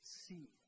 see